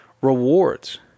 rewards